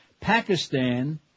Pakistan